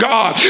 God